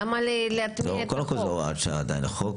נכון שלפי המצב אין מגיפה,